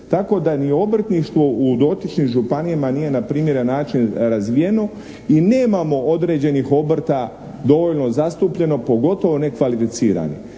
tako da ni obrtništvo u dotičnim županijama nije na primjeren način razvijeno i nemamo određenih obrta dovoljno zastupljeno pogotovo ne kvalificirani.